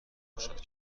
مشارکت